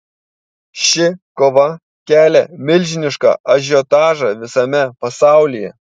ši kova kelia milžinišką ažiotažą visame pasaulyje